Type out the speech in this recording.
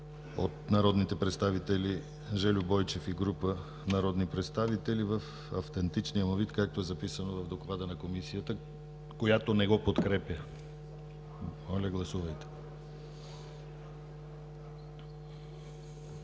от народните представители Жельо Бойчев и група народни представители в автентичния му вид, както е записано в доклада на Комисията, която не го подкрепя. Гласували